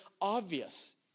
obvious